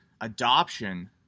adoption